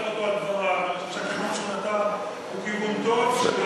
הוא כיוון טוב,